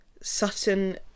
sutton